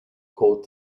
called